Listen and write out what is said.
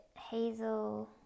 hazel